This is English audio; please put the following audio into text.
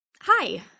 Hi